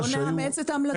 בואו ונאמץ את ההמלצות פה.